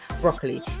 broccoli